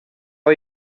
are